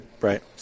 right